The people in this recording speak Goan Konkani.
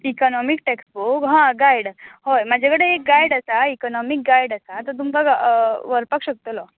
इकनॉमिक्स टॅक्स्ट बूक हां गायड होय म्हाजे कडेन एक गायड आसा इकनॉमिक गायड आसा तो तुमका वरपाक शकतलो